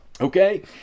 okay